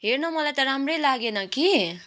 हेर न मलाई त राम्रो लागेन कि